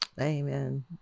Amen